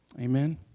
Amen